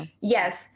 Yes